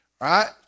right